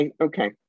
okay